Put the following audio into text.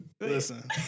Listen